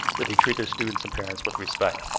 do they treat their students and parents with respect?